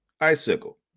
Icicle